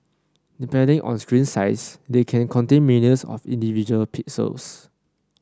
depending on screen size they can contain millions of individual pixels